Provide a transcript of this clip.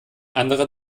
andere